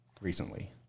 recently